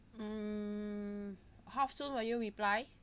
mm how soon will you reply